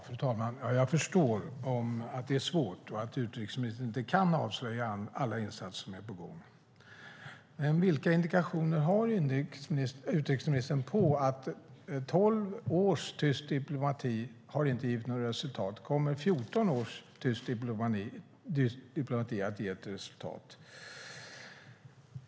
Fru talman! Jag förstår att det är svårt och att utrikesministern inte kan avslöja alla insatser som är på gång, men vilka indikationer har utrikesministern, när tolv års tyst diplomati inte har gett resultat, på att 14 års tyst diplomati kommer att ge resultat?